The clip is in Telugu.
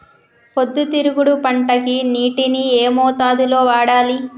పొద్దుతిరుగుడు పంటకి నీటిని ఏ మోతాదు లో వాడాలి?